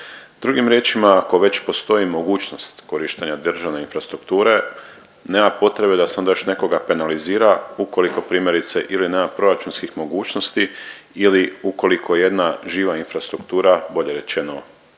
Drugim riječima, ako već postoji mogućnost korištenja državne infrastrukture nema potrebe da se onda još nekoga penalizira ukoliko primjerice ili nema proračunskih mogućnosti ili ukoliko jedna živa infrastruktura bolje rečeno